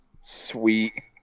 Sweet